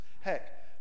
Heck